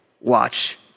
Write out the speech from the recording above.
watch